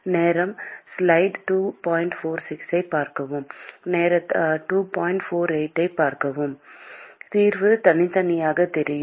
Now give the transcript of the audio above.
மாணவர் மாணவர் தீர்வு தனித்தனியாக தெரியும்